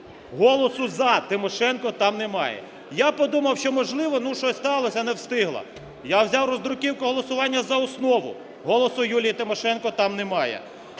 голосу "за" Тимошенко там немає. Я подумав, що, можливо, щось сталося, не встигла, я взяв роздруківку голосування за основу. Голосу Юлії Тимошенко там немає.